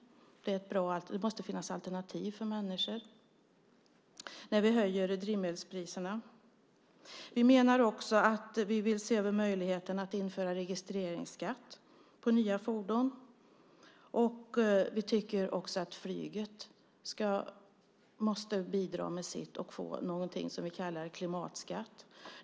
Det måste finnas alternativ för människor när vi höjer drivmedelspriserna. Vi vill också se över möjligheterna att införa registreringsskatt på nya fordon. Vi tycker också att flyget måste bidra med sitt och få någonting som vi kallar klimatskatt.